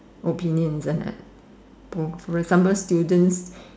opinions uh both sometimes students